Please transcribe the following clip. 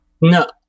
No